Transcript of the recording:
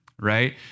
right